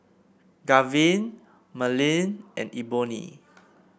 Garvin Marleen and Eboni